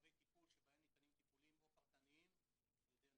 הצעת חוק התקנת מצלמות לשם פיקוח והגנה על קטינים וחסרי ישע,